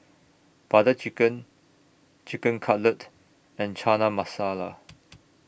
Butter Chicken Chicken Cutlet and Chana Masala